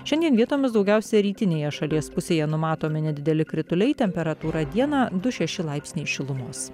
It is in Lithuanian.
šiandien vietomis daugiausia rytinėje šalies pusėje numatomi nedideli krituliai temperatūra dieną du šeši laipsniai šilumos